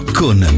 con